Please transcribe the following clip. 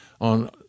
on